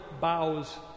bows